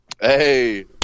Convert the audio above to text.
Hey